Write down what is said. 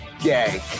gay